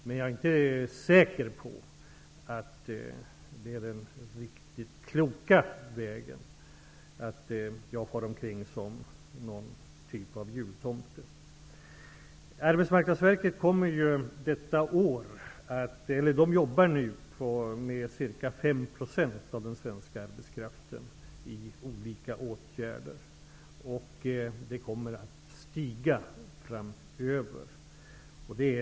Men jag är inte säker på att det är riktigt den kloka vägen att jag far omkring som någon typ av jultomte. Arbetsmarknadsverket arbetar nu med ca 5 % av den svenska arbetskraften genom olika åtgärder. Och detta kommer att stiga framöver.